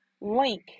link